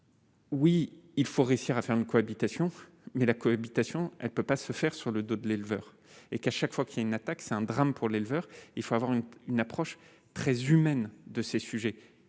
Oui, il faut réussir à faire une cohabitation mais la cohabitation, elle ne peut pas se faire sur le dos de l'éleveur et qu'à chaque fois qu'il y a une attaque, c'est un drame pour l'éleveur, il faut avoir une approche très humaine de ces sujets,